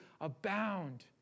abound